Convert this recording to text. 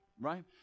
right